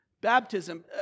baptism